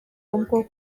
ahubwo